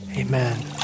Amen